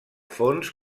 fons